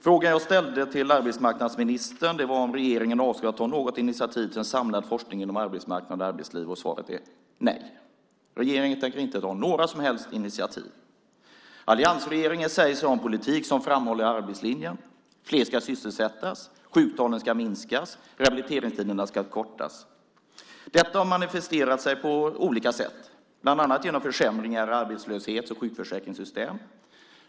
Frågan jag ställde till arbetsmarknadsministern var om regeringen avsåg att ta något initiativ till en samlad forskning inom arbetsmarknad och arbetsliv, och svaret är nej. Regeringen tänker inte ta några som helst initiativ. Alliansregeringen säger sig ha en politik som framhåller arbetslinjen. Fler ska sysselsättas, sjuktalen ska minskas och rehabiliteringstiderna ska kortas. Detta har manifesterat sig på olika sätt, bland annat genom försämringar i arbetslöshets och sjukförsäkringssystemen.